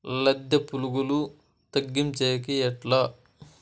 లద్దె పులుగులు తగ్గించేకి ఎట్లా?